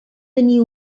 tenir